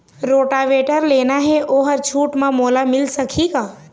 Rotavator लेना हे ओहर छूट म मोला मिल सकही का?